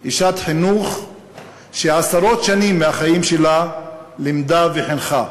אשת חינוך שעשרות שנים מהחיים שלה לימדה וחינכה.